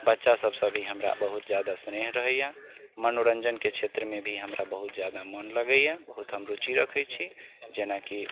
बच्चा सभसँ भी हमरा बहुत जादा स्नेह रहैए मनोरञ्जनके क्षेत्रमे भी हमरा बहुत जादा मन लगैए बहुत हम रुचि रखै छी जेनाकि